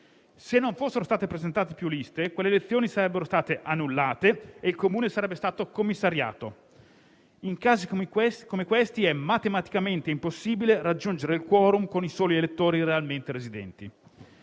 Se non fossero state presentate più liste, quelle elezioni sarebbero state annullate e il Comune sarebbe stato commissariato. In casi come questi è matematicamente impossibile raggiungere il *quorum* con i soli elettori realmente residenti.